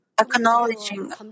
acknowledging